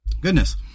goodness